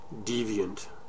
deviant